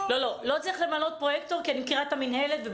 אני מכירה את המינהלת.